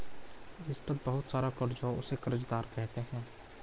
जिस पर बहुत सारा कर्ज हो उसे कर्जदार कहते हैं